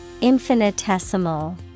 Infinitesimal